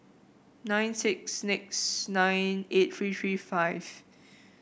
nine six six nine eight three three five